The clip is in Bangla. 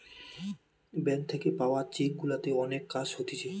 ব্যাঙ্ক থাকে পাওয়া চেক গুলাতে অনেক কাজ হতিছে